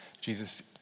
Jesus